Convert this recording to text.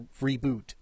reboot